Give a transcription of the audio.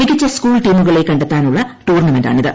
മികച്ച സ്കൂൾ ടീമുകളെ കണ്ടെത്താനുള്ള ടൂർണമെന്റാണ് ഇത്